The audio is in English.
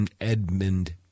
Edmund